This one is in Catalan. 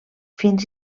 fins